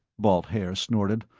balt haer snorted.